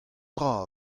dra